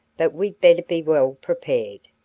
but we'd better be well prepared.